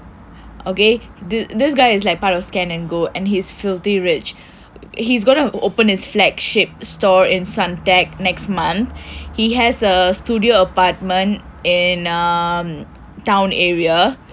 ok the this guy is like part of scan and go and he is filthy rich he is gonna open his flagship store in suntec next month he has a studio apartment and in um town area